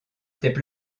étaient